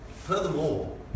Furthermore